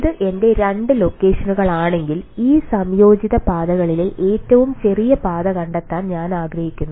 അത് എന്റെ 2 ലൊക്കേഷനുകളാണെങ്കിൽ ഈ സംയോജിത പാതകളിലെ ഏറ്റവും ചെറിയ പാത കണ്ടെത്താൻ ഞാൻ ആഗ്രഹിക്കുന്നു